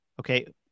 okay